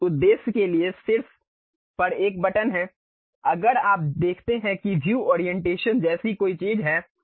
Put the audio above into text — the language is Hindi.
उस उद्देश्य के लिए शीर्ष पर एक बटन है अगर आप देखते हैं कि व्यू ओरिएंटेशन जैसी कोई चीज है